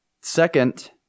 Second